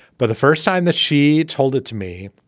but the first time that she told it to me,